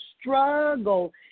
struggle